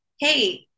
hey